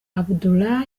abdullah